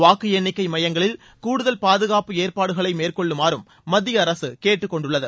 வாக்கு எண்ணிக்கை மையங்களில் கூடுதல் பாதுகாப்பு ஏற்பாடுகளை மேற்கொள்ளுமாறும் மத்திய அரசு கேட்டுக்கொண்டுள்ளது